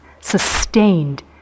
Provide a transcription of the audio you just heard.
sustained